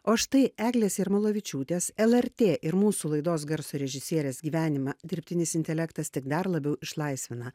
o štai eglės jarmalavičiūtės lrt ir mūsų laidos garso režisierės gyvenimą dirbtinis intelektas tik dar labiau išlaisvina